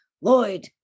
Lloyd